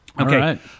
Okay